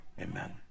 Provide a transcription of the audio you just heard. Amen